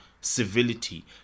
civility